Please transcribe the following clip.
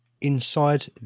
Inside